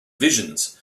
visions